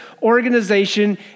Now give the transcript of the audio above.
organization